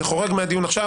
זה חורג מהדיון עכשיו,